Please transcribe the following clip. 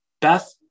Beth